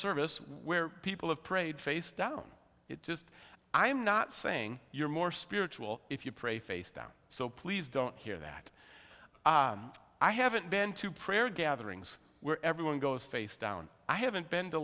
service where people have prayed face down it just i'm not saying you're more spiritual if you pray face down so please don't hear that i haven't been to prayer gatherings where everyone goes face down i haven't been to